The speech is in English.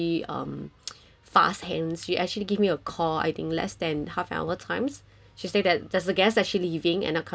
fast hands she actually give me a call I think less than half an hour times she say that there's a guest actually leaving and not coming back so I can actually